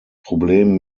problem